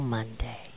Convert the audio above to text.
Monday